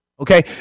Okay